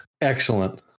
Excellent